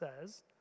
says